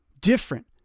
different